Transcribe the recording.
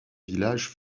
village